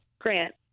Grant